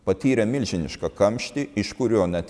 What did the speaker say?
patyrė milžinišką kamštį iš kurio net